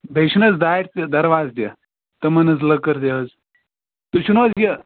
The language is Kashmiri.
بیٚیہِ چھُ نہٕ حظ دارِ تہِ درواز تہِ تِمَن حظ لٔکٕر تہِ حظ تُہۍ چھُو نہٕ حظ یہِ